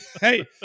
hey